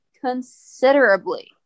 considerably